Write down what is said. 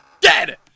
dead